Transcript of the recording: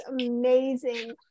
amazing